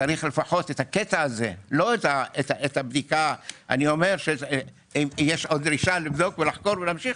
אני אומר שאם יש עוד דרישה לבדוק ולחקור ולהמשיך,